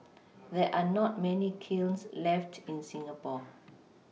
there are not many kilns left in Singapore